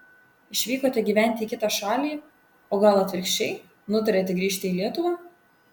išvykote gyventi į kitą šalį o gal atvirkščiai nutarėte grįžti į lietuvą